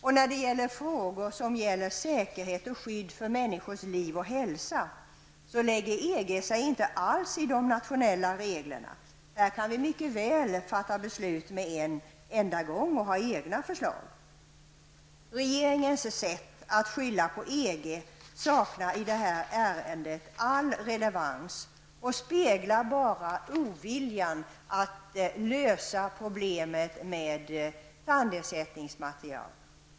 Och när det gäller frågor om säkerhet och skydd för människors liv och hälsa lägger EG sig inte alls i de nationella reglerna. Här kan vi mycket väl fatta beslut med en enda gång och lägga fram egna förslag. Regeringens sätt att skylla på EG saknar i det här ärendet all relevans och speglar bara oviljan att lösa problemet med tandersättningsmaterial.